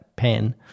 pen